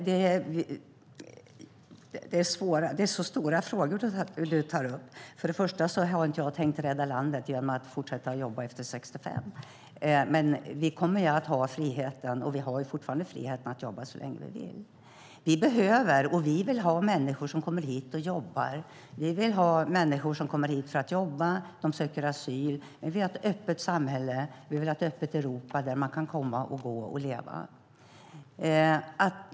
Herr talman! Det är så stora frågor du tar upp. Först och främst har inte jag tänkt rädda landet genom att fortsätta jobba efter 65. Men vi kommer att ha friheten, och vi har friheten att jobba så länge vi vill. Vi behöver ha människor som kommer hit och jobbar. Vi vill ha människor som kommer hit för att jobba. De söker asyl. Vi vill ha ett öppet samhälle. Vi vill ha ett öppet Europa där man kan komma och gå och leva.